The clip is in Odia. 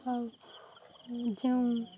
ଆଉ ଯେଉଁ